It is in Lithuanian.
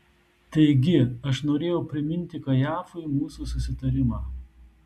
taigi aš norėjau priminti kajafui mūsų susitarimą